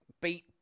beat